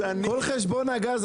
אז לפחות שיהיה מדויק,